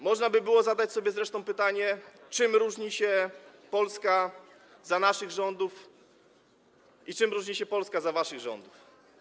Można by było zresztą zadać sobie pytanie, czym różni się Polska za naszych rządów i czym różni się Polska za waszych rządów.